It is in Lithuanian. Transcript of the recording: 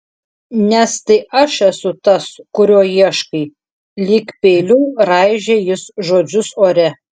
nes tai aš esu tas kurio ieškai lyg peiliu raižė jis žodžius ore